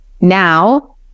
now